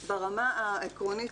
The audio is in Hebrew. ברמה העקרונית,